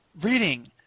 reading –